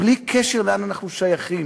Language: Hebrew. בלי קשר לאן אנחנו שייכים,